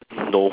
no